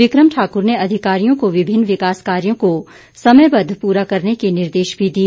बिक्रम ठाकुर ने अधिकारियों को विभिन्न विकास कार्यो को समयबद्ध पूरा करने के निर्देश भी दिए